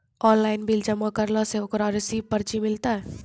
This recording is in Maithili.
ऑनलाइन बिल जमा करला से ओकरौ रिसीव पर्ची मिलतै?